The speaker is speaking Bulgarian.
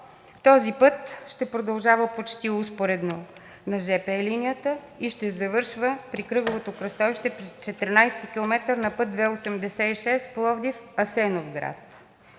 този път ще продължава почти успоредно на жп линията и ще завършва при кръговото кръстовище при 14-и километър на път II-86 – Пловдив – Асеновград.